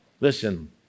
Listen